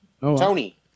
Tony